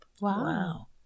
Wow